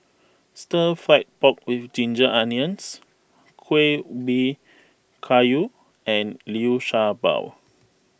Stir Fried Pork with Ginger Onions Kueh Ubi Kayu and Liu Sha Bao